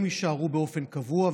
התקנים יישארו באופן קבוע,